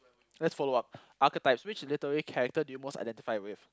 let's follow up archetype which literary character you most identify with